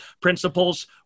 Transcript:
principles